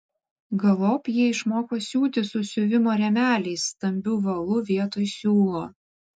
galop ji išmoko siūti su siuvimo rėmeliais stambiu valu vietoj siūlo